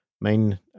main